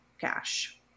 cash